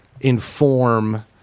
inform